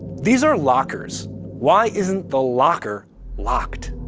these are lockers. why isn't the locker locked?